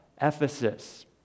Ephesus